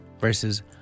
Verses